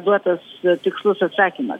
duotas tikslus atsakymas